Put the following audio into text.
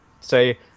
say